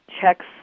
checks